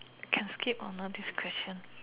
can skip or not this question